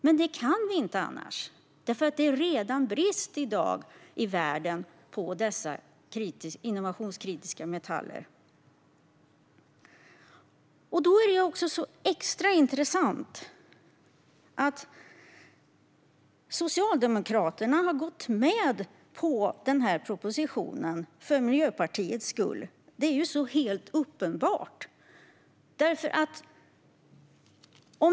Men det kan vi inte annars, eftersom det redan är brist i världen i dag på dessa innovationskritiska metaller. Det är extra intressant att Socialdemokraterna har gått med på den här propositionen för Miljöpartiets skull. Det är helt uppenbart.